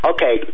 Okay